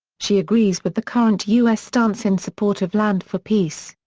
she agrees with the current u s. stance in support of land-for-peace.